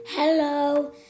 Hello